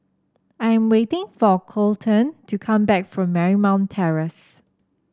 I'm waiting for Coleton to come back from Marymount Terrace